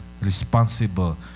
responsible